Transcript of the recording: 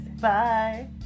Bye